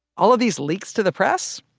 all of these leaks to the press,